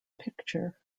picture